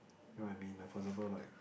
you know what I mean for example like